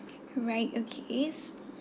right okays